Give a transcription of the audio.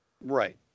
Right